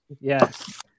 Yes